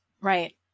Right